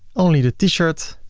only the t-shirt,